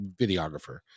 videographer